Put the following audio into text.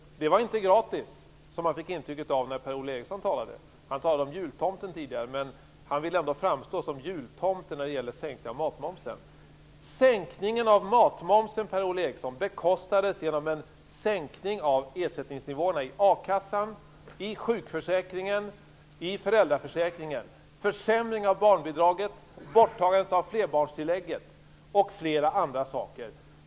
Det var inte gratis, som man fick ett intryck av när Per-Ola Eriksson talade. Han talade tidigare om jultomten. Per-Ola Eriksson vill framstå som jultomten när det gäller sänkningen av matmomsen. Sänkningen av matmomsen bekostades genom en sänkning av ersättningsnivåerna i a-kassan, sjukförsäkringen och föräldraförsäkringen, genom en försämring av barnbidraget, borttagande av flerbarnstillägget och flera andra saker.